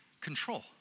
control